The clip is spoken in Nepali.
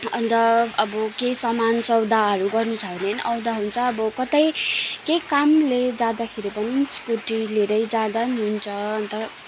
अन्त अब केही सामान सौदाहरू गर्नु छ भने पनि आउँदा हुन्छ अब कतै केही कामले जाँदाखेरि पनि स्कुटी लिएरै जाँदा पनि हुन्छ अन्त